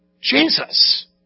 Jesus